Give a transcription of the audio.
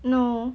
no